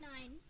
Nine